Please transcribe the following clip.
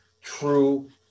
true